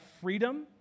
freedom